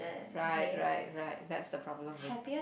right right right that's the problem with